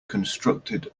constructed